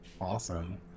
Awesome